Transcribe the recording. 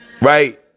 right